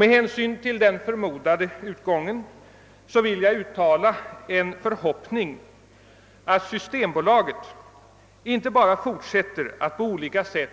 Med hänsyn till den förmodade utgången vill jag uttala förhoppningen, att systembolaget inte bara fortsätter att på olika sätt